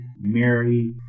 Mary